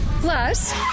Plus